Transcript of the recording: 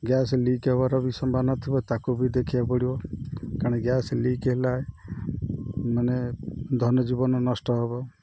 gas leak ହେବାର ବି ସମ୍ଭାବନା ନଥିବ ତାକୁ ବି ଦେଖିବାକୁ ପଡ଼ିବ କାରଣ ଗ୍ୟାସ୍ ଲିକ୍ ହେଲା ମାନେ ଧନ ଜୀବନ ନଷ୍ଟ ହେବ